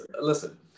listen